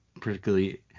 particularly